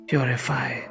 Purify